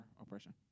oppression